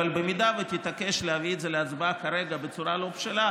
אבל אם תתעקש להביא את זה להצבעה כרגע בצורה לא בשלה,